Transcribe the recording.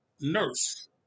Nurse